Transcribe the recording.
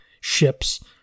ships